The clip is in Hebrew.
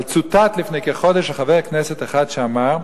אבל צוטט לפני כחודש חבר כנסת אחד שאמר: